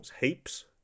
Heaps